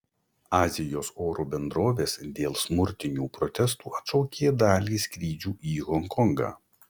azijos oro bendrovės dėl smurtinių protestų atšaukė dalį skrydžių į honkongą